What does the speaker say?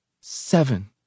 Seven